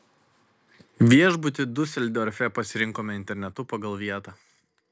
viešbutį diuseldorfe pasirinkome internetu pagal vietą